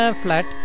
flat